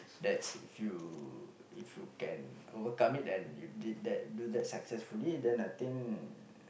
that's if you if you can overcome it and you did that do that successfully then I think